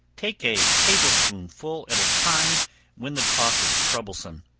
take a table-spoonful at a time when the cough is troublesome.